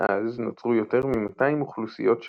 מאז נוצרו יותר מ-200 אוכלוסיות שונות,